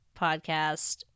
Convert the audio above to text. podcast